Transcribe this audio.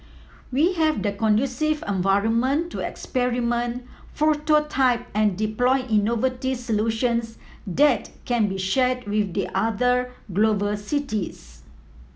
we have the conducive environment to experiment prototype and deploy innovative solutions that can be shared with the other global cities